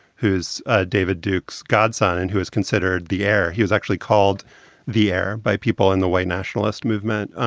who's ah david duke's godson and who is considered the heir. he was actually called the heir by people in the white nationalist movement.